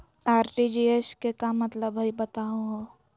RTGS के का मतलब हई, बताहु हो?